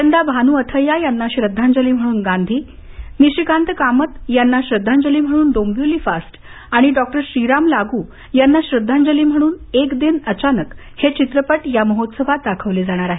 यंदा भानू अथय्या यांना श्रद्वांजली म्हणून गांधी निशिकांत कामत यांना श्रद्वांजली म्हणून डोंबिवली फास्ट आणि डॉक्टर श्रीराम लागू यांना श्रद्धांजली म्हणून एक दिन अचानक हे चित्रपट महोत्सवात दाखवले जाणार आहेत